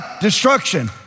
destruction